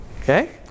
Okay